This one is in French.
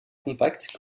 compacts